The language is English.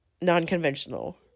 non-conventional